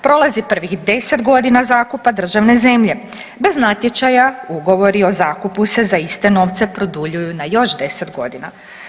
Prolazi prvih 10 godina zakupa državne zemlje, bez natječaja ugovori o zakupu se za iste novce produljuju na još 10 godina.